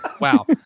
Wow